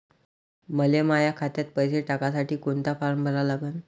मले माह्या खात्यात पैसे टाकासाठी कोंता फारम भरा लागन?